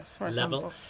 level